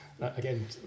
Again